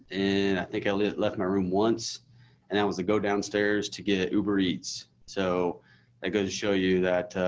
and i think i left my room once and that was to go downstairs to get uber eats. so that goes to show you that,